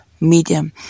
medium